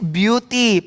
beauty